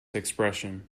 expression